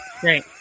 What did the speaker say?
great